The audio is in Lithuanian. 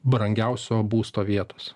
brangiausio būsto vietos